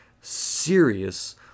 serious